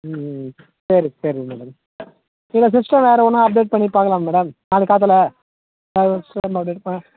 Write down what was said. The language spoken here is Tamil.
ம் ம் ம் சரி சரி மேடம் இல்லைனா சிஸ்டம் வேற எதனால் அப்டேட் பண்ணி பார்க்கலாம் மேடம் நாளைக்கி காத்தால இருப்பேன்